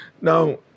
Now